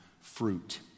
fruit